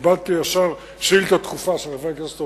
קיבלתי ישר שאילתא דחופה של חבר הכנסת